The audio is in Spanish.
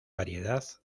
variedad